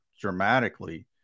dramatically